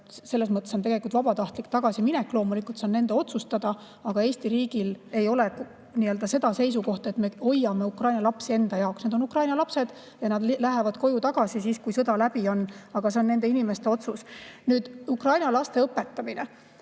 See on tegelikult vabatahtlik tagasiminek, loomulikult nende endi otsustada, aga Eesti riik ei ole võtnud seda seisukohta, et me hoiame Ukraina lapsi enda jaoks. Need on Ukraina lapsed ja nad lähevad koju tagasi siis, kui sõda läbi on. Aga see on nende inimeste otsus. Nüüd, Ukraina laste õpetamine.